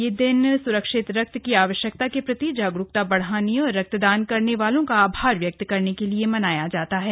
यह दिन सुरक्षित रक्त की आवश्यकता के प्रति जागरूकता बढाने और रक्तदान करने वालों का आभार व्यक्त करने के लिए मनाया जाता है